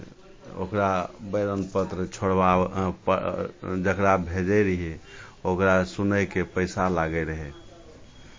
ओकरा बैरन पत्र छोड़वाबय जकरा भेजै रहियै ओकरा सुनैके पैसा लागै रहै